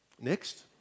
Next